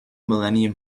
millennium